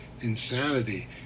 insanity